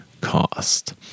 cost